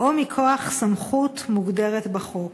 או מכוח סמכות מוגדרת בחוק".